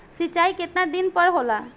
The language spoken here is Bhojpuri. सिंचाई केतना दिन पर होला?